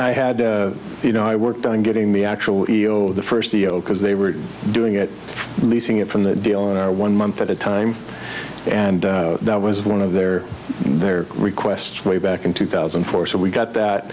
i had you know i worked on getting the actual yield the first deal because they were doing it leasing it from the deal on our one month at a time and that was one of their their requests way back in two thousand and four so we got that